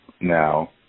now